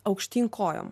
aukštyn kojom